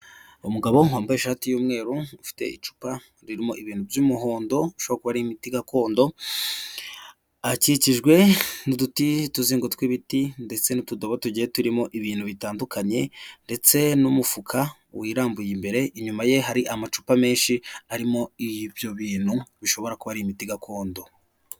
Umugabo wambaye ishati y'umweru ufite icupa ririmo ibintu by'umuhondo bishokora imiti gakondo, akikijwe n'udutuzingo tw'ibiti ndetse n'utudobo tugiye turimo ibintu bitandukanye ndetse n'umufuka wirambuye imbere inyuma ye hari amacupa menshi arimo iy'ibyoyo bintu bishobora kuba imiti gakondo.